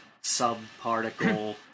sub-particle